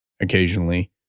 occasionally